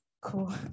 Cool